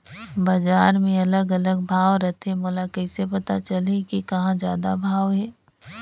बजार मे अलग अलग भाव रथे, मोला कइसे पता चलही कि कहां जादा भाव हे?